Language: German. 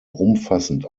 umfassend